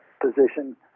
position